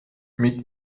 mit